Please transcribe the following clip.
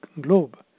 globe